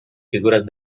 figuras